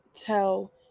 tell